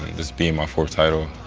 this being my fourth title.